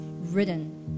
ridden